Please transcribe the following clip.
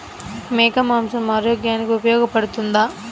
మేక మాంసం ఆరోగ్యానికి ఉపయోగపడుతుందా?